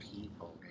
people